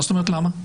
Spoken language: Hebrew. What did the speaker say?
מה זאת אומרת למה?